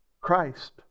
Christ